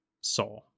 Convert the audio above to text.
Saw